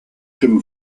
jim